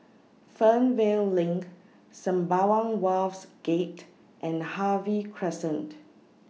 Fernvale LINK Sembawang Wharves Gate and Harvey Crescent